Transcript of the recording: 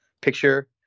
picture